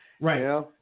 Right